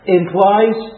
implies